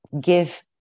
give